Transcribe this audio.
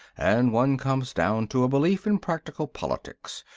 and one comes down to a belief in practical politics,